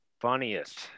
Funniest